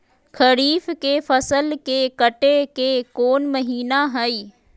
खरीफ के फसल के कटे के कोंन महिना हई?